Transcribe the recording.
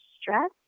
stress